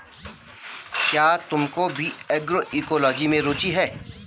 क्या तुमको भी एग्रोइकोलॉजी में रुचि है?